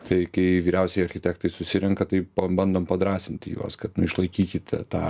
tai kai vyriausieji architektai susirenka tai pabandom padrąsinti juos kad nu išlaikykite tą